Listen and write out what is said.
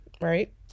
right